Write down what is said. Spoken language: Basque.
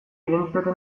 identitate